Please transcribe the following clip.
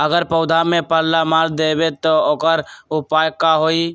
अगर पौधा में पल्ला मार देबे त औकर उपाय का होई?